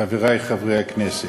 חברי חברי הכנסת,